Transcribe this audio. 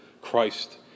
Christ